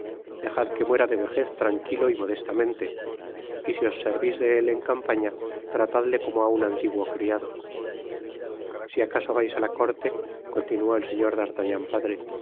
dejad que muera de vejez tranquilo y modestamente y si os servis de él en campaña tratadle como aun antiguo criado si acaso vais á la corte continuó el sr dartagnan padre